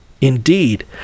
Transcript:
Indeed